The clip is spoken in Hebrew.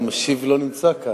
המשיב לא נמצא כאן,